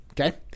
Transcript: Okay